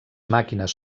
màquines